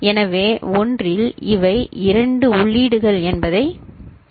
எனவே ஒன்றில் இவை இரண்டு உள்ளீடுகள் என்பதை நீங்கள் காணலாம்